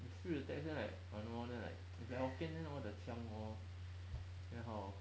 if speech to text then like !hannor! then like if it hokkien then all the 腔 hor then how